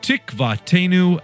Tikvatenu